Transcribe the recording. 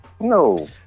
no